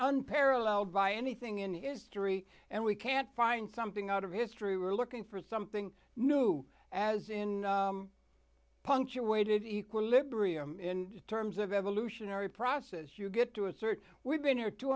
unparalleled by anything in history and we can't find something out of history we're looking for something new as in punctuated equilibrium in terms of evolutionary process you get to assert we've been here two